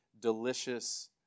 delicious